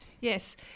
Yes